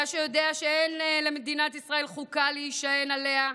אתה שיודע שאין למדינת ישראל חוקה להישען עליה,